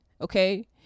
okay